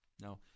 Now